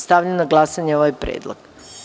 Stavljam na glasanje ovaj predlog.